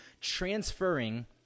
transferring